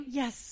yes